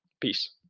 Peace